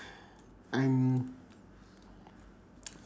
I'm